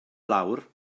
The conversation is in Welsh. lawr